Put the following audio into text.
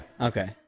Okay